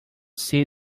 see